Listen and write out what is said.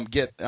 get